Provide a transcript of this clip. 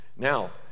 Now